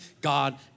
God